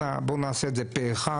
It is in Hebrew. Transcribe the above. אנא בואו נעשה את זה פה אחד.